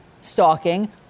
stalking